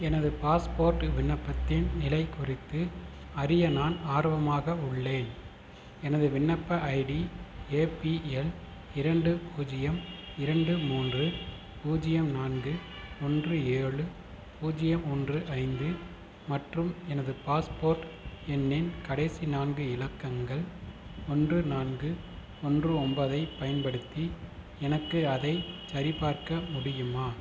எனது பாஸ்போர்ட் விண்ணப்பத்தின் நிலை குறித்து அறிய நான் ஆர்வமாக உள்ளேன் எனது விண்ணப்ப ஐடி ஏபிஎல் இரண்டு பூஜ்ஜியம் இரண்டு மூன்று பூஜ்ஜியம் நான்கு ஒன்று ஏழு பூஜ்ஜியம் ஒன்று ஐந்து மற்றும் எனது பாஸ்போர்ட் எண்ணின் கடைசி நான்கு இலக்கங்கள் ஒன்று நான்கு ஒன்று ஒன்பதைப் பயன்படுத்தி எனக்கு அதைச் சரிபார்க்க முடியுமா